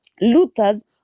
Luther's